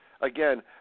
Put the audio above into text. again